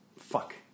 Fuck